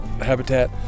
habitat